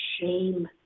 shame